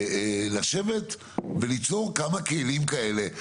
לשבת וליצור כמה כלים כאלה.